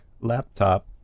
laptop